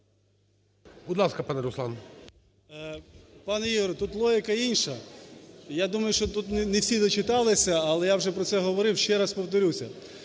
Пане Ігор, тут логіка інша. Я думаю, що тут не всі дочиталися, але я вже про це говорив, ще раз повторюся.